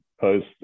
Post